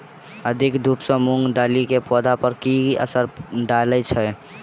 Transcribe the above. अधिक धूप सँ मूंग दालि केँ पौधा पर की असर डालय छै?